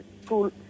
school